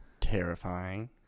terrifying